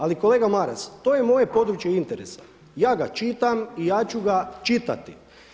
Ali kolega Maras, to je moje područje interesa, ja ga čitam i ja ću ga čitati.